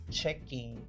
checking